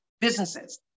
businesses